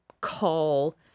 call